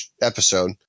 episode